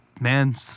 man